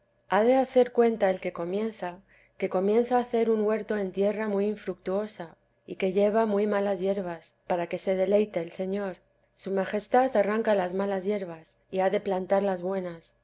ha de hacer cuenta el que comienza que comienza a hacer un huerto en tierra muy infructuosa y que lleva muy malas hierbas para que se deleite el señor su majestad arranca las malas hierbas y ha de plantar las buenas